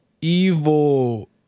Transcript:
evil